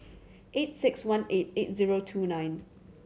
eight six one eight eight zero two nine